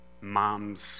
moms